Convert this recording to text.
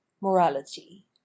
Morality